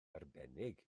arbennig